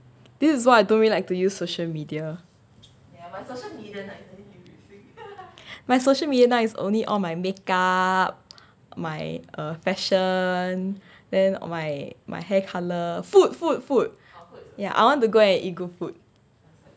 this is why I don't really like to use social media my social media now is only all my makeup my err fashion then my my hair colour food food food ya I want to go and eat good food